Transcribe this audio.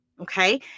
okay